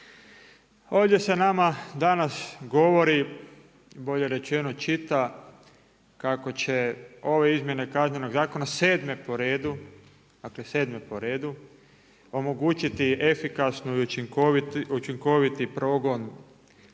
Ovdje se nama danas govori, bolje rečeno čita, kako će ove Izmjene kaznenog zakona 7. po redu, dakle 7. po redu omogućiti efikasni i učinkoviti progon